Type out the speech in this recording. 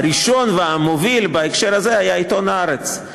הראשון והמוביל בהקשר הזה היה עיתון "הארץ".